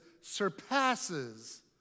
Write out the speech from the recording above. surpasses